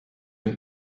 ein